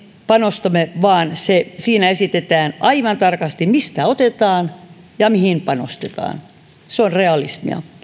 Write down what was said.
panostamme vaan siinä esitetään aivan tarkasti mistä otetaan ja mihin panostetaan se on realismia